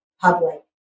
public